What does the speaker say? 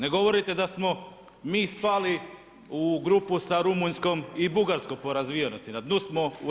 Ne govorite da smo mi spali u grupu sa Rumunjskom i Bugarskom po razvijenosti, na dnu smo u EU.